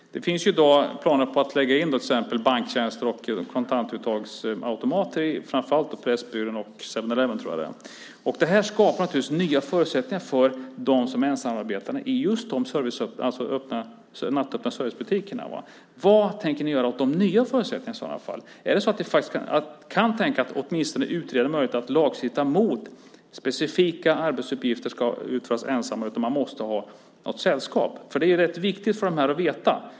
Det finns i dag planer på att lägga in till exempel banktjänster och kontantuttagsautomater i framför allt Pressbyrån och 7-Eleven. Det skapar naturligtvis nya förutsättningar för dem som är ensamarbetare i de nattöppna servicebutikerna. Vad tänker ni göra åt de nya förutsättningarna? Kan ni tänka er att åtminstone utreda möjligheten att lagstifta mot att specifika arbetsuppgifter får utföras av ensamma så att man måste ha sällskap? Det är viktigt att veta.